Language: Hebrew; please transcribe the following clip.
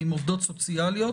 עם עובדות סוציאליות,